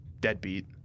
deadbeat